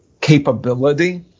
capability